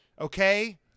Okay